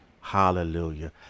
Hallelujah